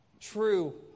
True